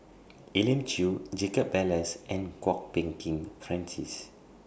Elim Chew Jacob Ballas and Kwok Peng Kin Francis